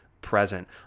present